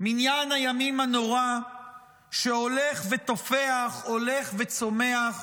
הנורא שהולך ותופח, הולך וצומח,